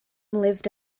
lived